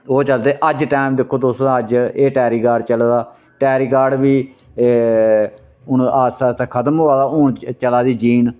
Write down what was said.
ओह् चलदे अज्ज टैम दिक्खो तुस अज्ज एह् टैरीकाट चले दा टैरीकाट बी हून आस्ता आस्ता खतम होआ दा हून एह् चला दी जीन